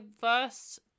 first